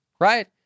right